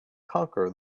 conquer